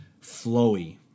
flowy